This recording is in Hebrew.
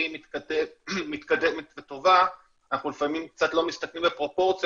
מתקדמת וטובה אנחנו לפעמים קצת לא מסתכלים בפרופורציה